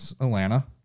Atlanta